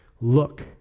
look